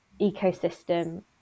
ecosystem